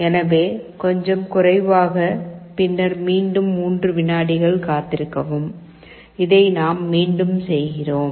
எனவே கொஞ்சம் குறைவாக பின்னர் மீண்டும் 3 விநாடிகள் காத்திருக்கவும் இதை நாம் மீண்டும் செய்கிறோம்